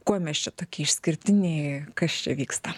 kuo mes čia tokie išskirtiniai kas čia vyksta